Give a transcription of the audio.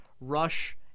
rush